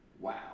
wow